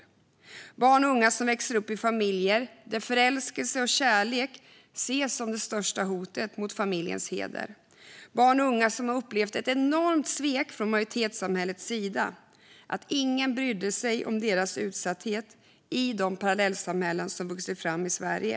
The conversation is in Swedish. Det är barn och unga som växer upp i familjer där förälskelse och kärlek ses som det största hotet mot familjens heder. Det är barn och unga som har upplevt ett enormt svek från majoritetssamhällets sida. Ingen brydde sig om deras utsatthet i det parallellsamhälle som har vuxit fram i Sverige.